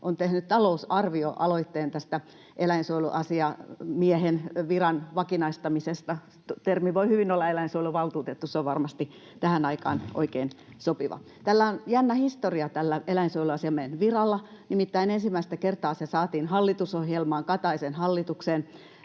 on tehnyt talousarvioaloitteen tästä eläinsuojeluasiamiehen viran vakinaistamisesta. Termi voi hyvin olla eläinsuojeluvaltuutettu, se on varmasti tähän aikaan oikein sopiva. Tällä eläinsuojeluasiamiehen viralla on jännä historia, nimittäin ensimmäistä kertaa se saatiin hallitusohjelmaan Kataisen hallituksen